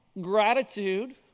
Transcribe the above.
gratitude